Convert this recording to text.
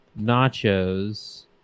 nachos